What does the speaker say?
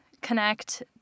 connect